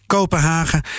Kopenhagen